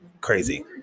crazy